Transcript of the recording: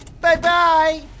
Bye-bye